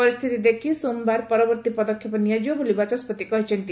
ପରିସ୍ଥିତି ଦେଖ୍ ସୋମବାର ପରବର୍ତ୍ତୀ ପଦକ୍ଷେପ ନିଆଯିବ ବୋଲି ବାଚସ୍ୱତି କହିଛନ୍ତି